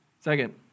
Second